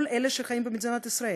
כל אלה שחיים במדינת ישראל,